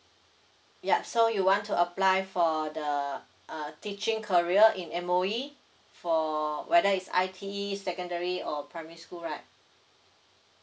ya so you want to apply for the uh teaching career in M_O_E for whether is I_T_E secondary or primary school right